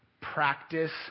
practice